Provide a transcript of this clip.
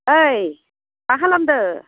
ओइ मा खालामदो